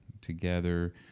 together